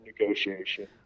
negotiation